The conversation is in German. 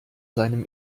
seinem